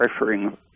pressuring